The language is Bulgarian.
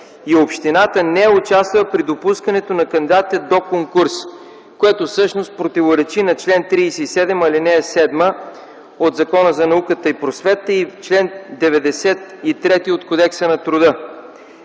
и общината не е участвала при допускането на кандидатите до конкурс, което всъщност противоречи на чл. 37, ал. 7 от Закона за науката и просветата и чл. 93 от Кодекса на труда.